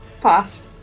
past